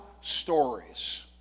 stories